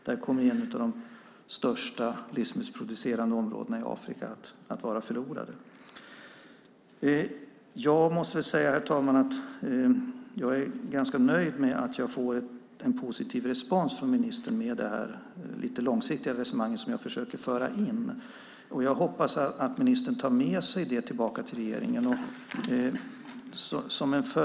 Där kommer ett av de största livsmedelsproducerande områdena i Afrika att vara förlorat. Jag måste säga, herr talman, att jag är ganska nöjd med att jag får en positiv respons från ministern när det gäller det här lite långsiktiga resonemanget som jag försöker föra in. Jag hoppas att ministern tar med sig det tillbaka till regeringen.